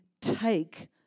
take